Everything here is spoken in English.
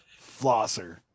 flosser